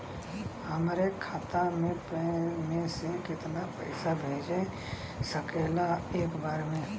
हमरे खाता में से कितना पईसा भेज सकेला एक बार में?